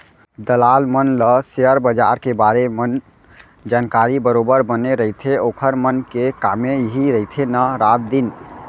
दलाल मन ल सेयर बजार के बारे मन जानकारी बरोबर बने रहिथे ओखर मन के कामे इही रहिथे ना रात दिन